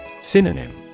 Synonym